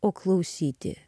o klausyti